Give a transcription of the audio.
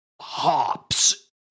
hops